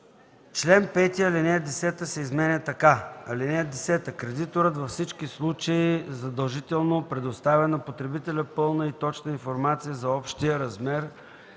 Чл. 5, ал. 10 се изменя така: (10) Кредиторът във всички случаи задължително предоставя на потребителя пълна и точна информация за: 1. общия размер